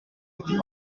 little